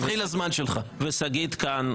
ושגית כאן,